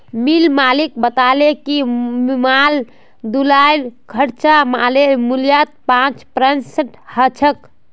मिल मालिक बताले कि माल ढुलाईर खर्चा मालेर मूल्यत पाँच परसेंट ह छेक